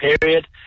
period